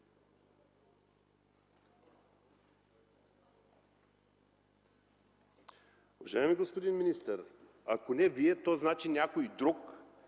Уважаеми господин министър, ако не Вие, то значи някой друг